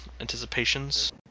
anticipations